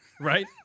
right